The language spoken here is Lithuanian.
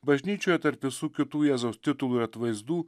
bažnyčioje tarp visų kitų jėzaus titului atvaizdų